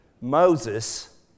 Moses